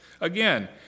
Again